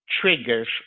triggers